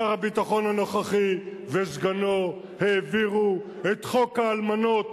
שר הביטחון הנוכחי וסגנו העבירו את חוק האלמנות,